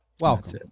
Welcome